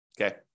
Okay